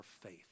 faith